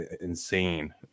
insane